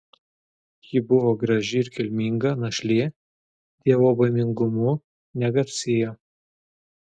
ji buvo graži ir kilminga našlė dievobaimingumu negarsėjo